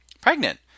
pregnant